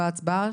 בהצבעה,